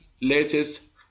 Latest